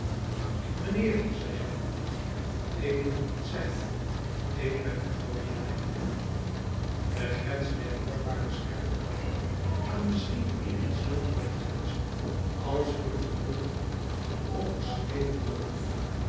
mijnheer zei jean valjean ik moet u iets zeggen ik ben een oude galeiboef de grens der hoorbare scherpe klanken kan misschien evenzeer voor den geest als voor het oor overschreden worden